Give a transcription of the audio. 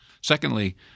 Secondly